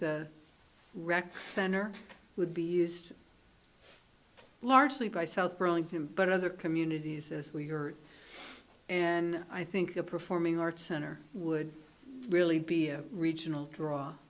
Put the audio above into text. the rec center would be used largely by south burlington but other communities as we are and i think a performing arts center would really be a regional draw